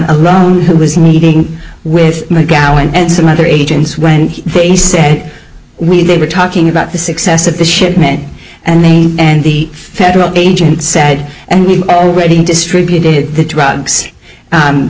alone who was meeting with my gal and some other agents when they said we they were talking about the success of the shipment and they and the federal agent said and we've already distributed the drugs